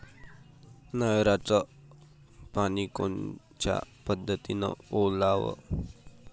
नयराचं पानी कोनच्या पद्धतीनं ओलाव?